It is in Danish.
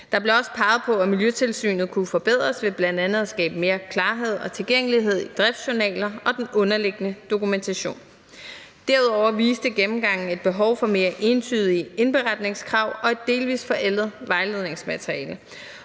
Der blev også peget på, at miljøtilsynet kunne forbedres ved bl.a. at skabe mere klarhed og tilgængelighed i driftsjournaler og den underliggende dokumentation. Derudover viste gennemgangen et behov for mere entydige indberetningskrav og et delvis forældet vejledningsmateriale.